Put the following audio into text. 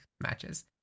matches